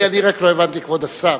אני רק לא הבנתי, כבוד השר.